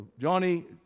johnny